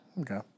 okay